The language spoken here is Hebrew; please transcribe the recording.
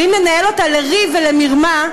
ואם ננהל אותה לריב ולמרמה,